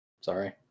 Sorry